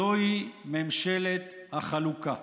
זוהי ממשלת החלוקה.